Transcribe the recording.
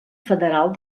federal